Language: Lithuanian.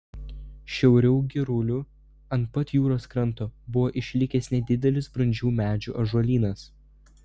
šiauriau girulių ant pat jūros kranto buvo išlikęs nedidelis brandžių medžių ąžuolynas